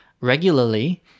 regularly